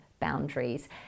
boundaries